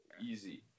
easy